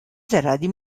zaradi